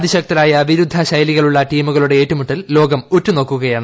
അതിശക്തരായ വിരുദ്ധശൈലികളുള്ള ടീമുകളുടെ ഏറ്റുമുട്ടൽ ലോകം ഉറ്റുനോക്കുകയാണ്